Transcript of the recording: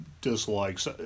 dislikes